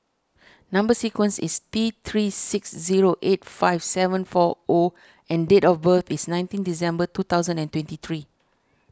Number Sequence is T three six zero eight five seven four O and date of birth is nineteen December two thousand and twenty three